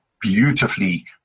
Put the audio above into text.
beautifully